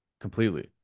completely